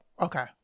okay